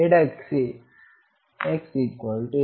ಎಡಕ್ಕೆ xL